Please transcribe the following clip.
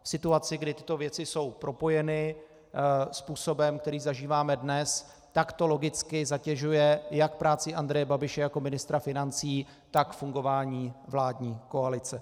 V situaci, kdy tyto věci jsou propojeny způsobem, který zažíváme dnes, tak to logicky zatěžuje jak práci Andreje Babiše jako ministra financí, tak fungování vládní koalice.